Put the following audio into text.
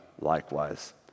likewise